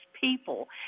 people